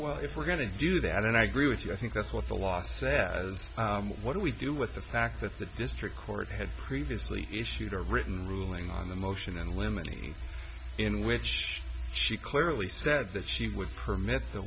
well if we're going to do that and i agree with you i think that's what the law says what do we do with the fact that the district court had previously issued a written ruling on the motion in limine in which she clearly said that she would permit the